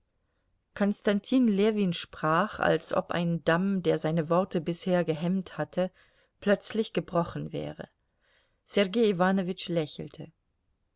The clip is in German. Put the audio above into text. konstantin ljewin sprach als ob ein damm der seine worte bisher gehemmt hatte plötzlich gebrochen wäre sergei iwanowitsch lächelte